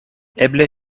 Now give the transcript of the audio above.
eble